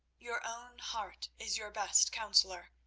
your own heart is your best counsellor,